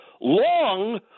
long